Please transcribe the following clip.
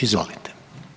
Izvolite.